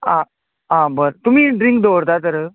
आं आं बरें तुमी ड्रिंक दवरतात तर